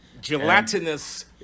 Gelatinous